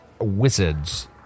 Wizards